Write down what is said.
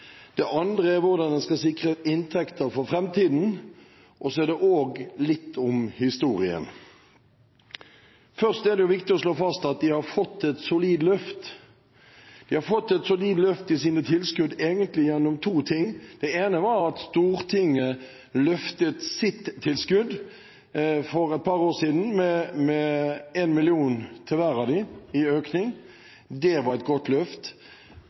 Det andre er hvordan vi skal sikre inntekter for framtiden. Og så er det også litt om historien. Først er det viktig å slå fast at de har fått et solid løft. De har fått et solid løft i sine tilskudd egentlig gjennom to ting. Det ene var at Stortinget løftet sitt tilskudd for et par år siden med 1 mill. kr til hver av dem i økning. Det var et godt løft.